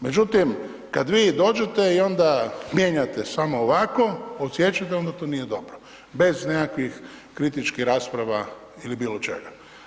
Međutim, kad vi dođete i onda mijenjate samo ovako odsiječete onda to nije dobro, bez nekakvih kritičkih rasprava ili bilo čega.